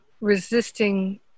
resisting